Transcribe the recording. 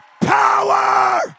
power